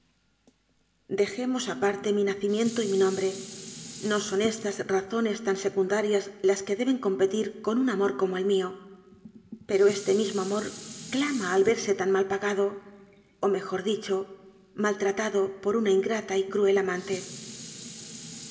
dejemos aparte mi nacimiento y mi nombre no son estas razones tan secundarias las que deben competir con un amor como el mío pero este mismo amor clama al verse tan mal pagado o mejor dicho maltratado por una ingrata y cruel amante